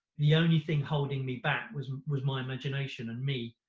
the only thing holding me back was was my imagination and me.